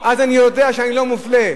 אז אני יודע שאני לא מופלה.